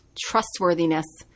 trustworthiness